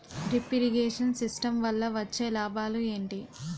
Drip irrigation system వల్ల వచ్చే లాభాలు ఏంటి?